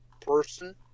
person